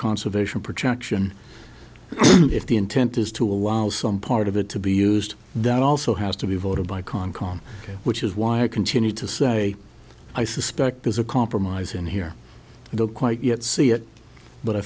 conservation protection and if the intent is to allow some part of it to be used that also has to be voted by con com which is why i continue to say i suspect there's a compromise in here i don't quite yet see it but i